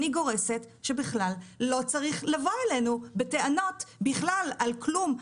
אני גורסת שבכלל לא צריך לבוא אלינו בטענות בכלל על כלום,